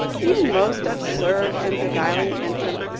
you most absurd and beguiling infant,